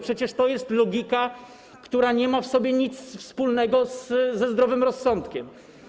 Przecież to jest logika, która nie ma w sobie nic wspólnego ze zdrowym rozsądkiem.